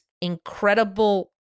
incredible